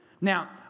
Now